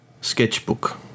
sketchbook